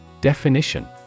definition